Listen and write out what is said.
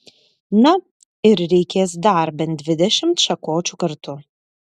na ir reikės dar bent dvidešimt šakočių kartu